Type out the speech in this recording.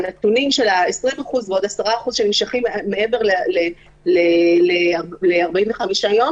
הנתונים של ה-20% ועוד 10% שנמשכים מעבר ל-45 יום,